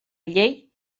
llei